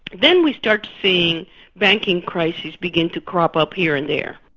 then we start seeing banking crises begin to crop up here and there.